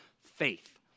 faith